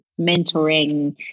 mentoring